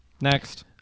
Next